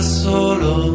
solo